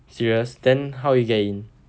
serious then how he get in